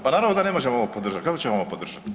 Pa naravno da ne možemo ovo podržati, kako ćemo ovo podržati.